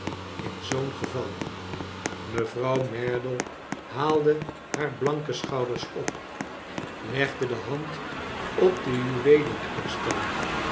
in zoo'n geval mevrouw merdle haalde haar blanke schouders op legde de hand op de juweelenuitstalling